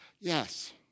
Yes